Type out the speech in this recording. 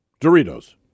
Doritos